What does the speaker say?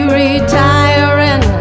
retiring